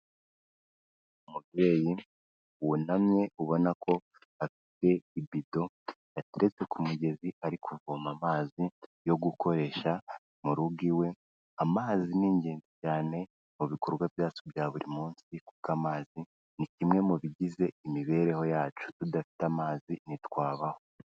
Umubyeyi wunamye ubona ko afite ibido yateretse ku mugezi ari kuvoma amazi yo gukoresha mu rugo iwe, amazi ni ingenzi cyane mu bikorwa byacu bya buri munsi kuko amazi ni kimwe mu bigize imibereho yacu, tudafite amazi ntitwabaho.